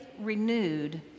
renewed